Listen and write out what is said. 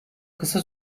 kısa